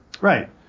Right